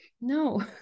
no